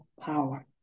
power